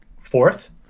fourth